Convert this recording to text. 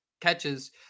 catches